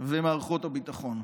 ומערכות הביטחון,